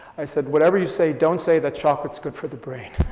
i said, whatever you say, don't say that chocolate's good for the brain.